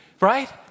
right